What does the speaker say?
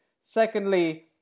Secondly